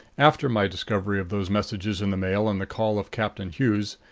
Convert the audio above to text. after my discovery of those messages in the mail and the call of captain hughes,